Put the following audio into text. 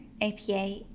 APA